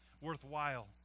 worthwhile